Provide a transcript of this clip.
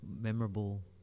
memorable